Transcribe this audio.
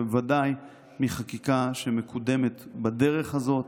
וודאי מחקיקה שמקודמת בדרך הזאת,